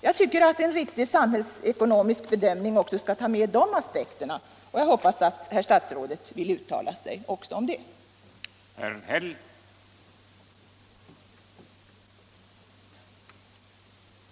Jag tycker att en riktig samhällsekonomisk bedömning också skall ta med de aspekterna, och jag hoppas att herr statsrådet vill uttala sig även om detta.